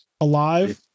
alive